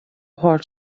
hard